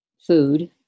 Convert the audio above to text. Food